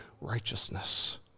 righteousness